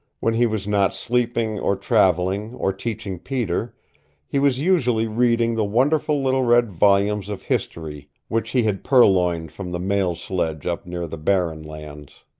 when he was not sleeping, or traveling, or teaching peter he was usually reading the wonderful little red volumes of history which he had purloined from the mail sledge up near the barren lands.